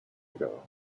ago